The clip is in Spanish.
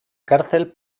cárcel